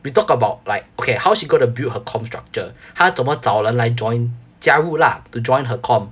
we talk about like okay how she gonna build her comm structure 她怎么找人来 join 加入 lah to join her comm